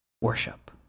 worship